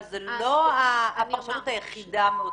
אבל זה לא הפרשנות היחידה מאותה הוראה.